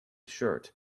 shirt